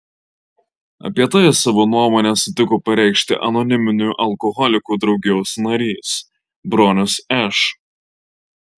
apie tai savo nuomonę sutiko pareikšti anoniminių alkoholikų draugijos narys bronius š